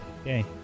Okay